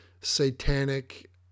satanic